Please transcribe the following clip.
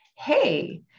hey